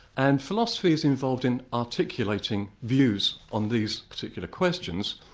and philosophy is involved in articulating views on these particular questions,